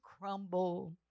crumble